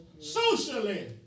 Socially